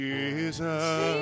Jesus